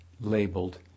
labeled